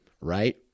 right